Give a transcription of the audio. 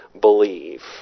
believe